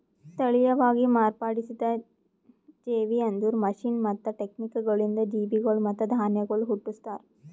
ತಳಿಯವಾಗಿ ಮಾರ್ಪಡಿಸಿದ ಜೇವಿ ಅಂದುರ್ ಮಷೀನ್ ಮತ್ತ ಟೆಕ್ನಿಕಗೊಳಿಂದ್ ಜೀವಿಗೊಳ್ ಮತ್ತ ಧಾನ್ಯಗೊಳ್ ಹುಟ್ಟುಸ್ತಾರ್